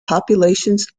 populations